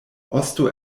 osto